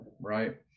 Right